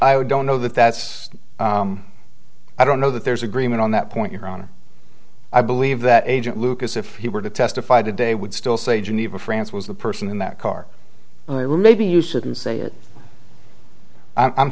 i don't know that that's i don't know that there's agreement on that point your honor i believe that agent lucas if he were to testify today would still say geneva france was the person in that car or maybe you shouldn't say i